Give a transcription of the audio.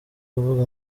kuvuga